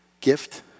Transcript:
gift